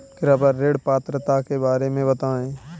कृपया ऋण पात्रता के बारे में बताएँ?